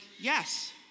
yes